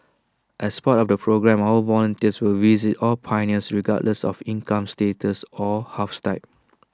and as part of the programme our volunteers will visit all pioneers regardless of income status or house type